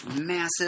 massive